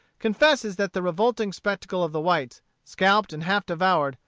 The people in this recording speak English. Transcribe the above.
confesses that the revolting spectacle of the whites, scalped and half devoured,